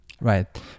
Right